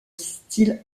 style